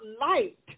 light